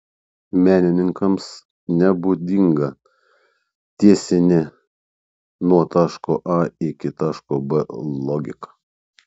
menininkams nebūdinga tiesinė nuo taško a iki taško b logika